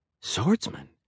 Swordsman